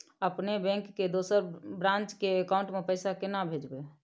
अपने बैंक के दोसर ब्रांच के अकाउंट म पैसा केना भेजबै?